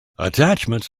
attachments